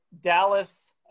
dallas